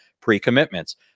pre-commitments